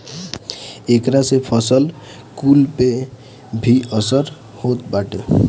एकरा से फसल कुल पे भी असर होत बाटे